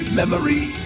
memory